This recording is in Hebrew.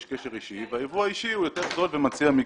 יש קשר אישי והיבוא האישי הוא יותר זול ומציע מגוון.